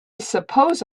suppose